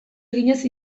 eginez